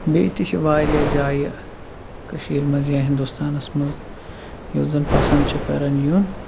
بیٚیہِ تہِ چھِ واریاہ جایہِ کٔشیٖرِ منٛز یا ہِندوستانَس منٛز یوٚت زَن پَسنٛد چھِ کَران یُن